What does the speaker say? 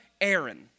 Aaron